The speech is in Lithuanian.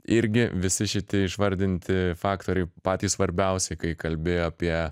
irgi visi šiti išvardinti faktoriai patys svarbiausi kai kalbi apie